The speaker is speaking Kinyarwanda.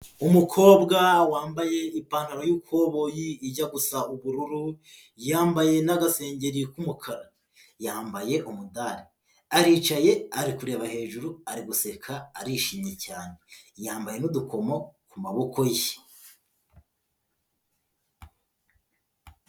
Umukobwa wambaye ipantaro y'ikoboyi ijya gusa ubururu, yambaye n'agasengengeri k'umukara yambaye umudari. Aricaye ari kureba hejuru ari guseka arishimye cyane, yambaye n'udukomo ku maboko ye.